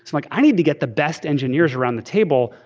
like i need to get the best engineers around the table,